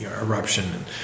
eruption